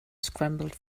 scrambled